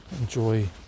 Enjoy